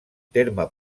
terme